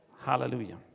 Hallelujah